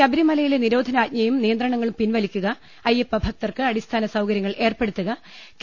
ശബരിമലയിലെ നിരോ ധനാജ്ഞയും നിയന്ത്രണങ്ങളും പിൻവലിക്കുക അയ്യപ്പഭക്തർക്ക് അടിസ്ഥാന സൌകര്യങ്ങൾ ഏർപ്പെടുത്തുക കെ